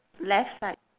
left side